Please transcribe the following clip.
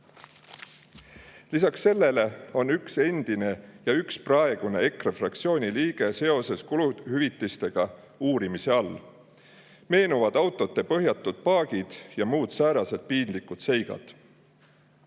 Lisaks sellele on üks endine ja üks praegune EKRE fraktsiooni liige seoses kuluhüvitistega uurimise all. Meenuvad autode põhjatud paagid ja muud säärased piinlikud